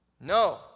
No